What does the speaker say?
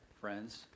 friends